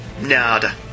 Nada